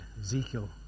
Ezekiel